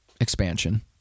expansion